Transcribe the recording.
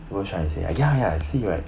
what was I trying to say uh ya ya see right